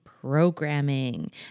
programming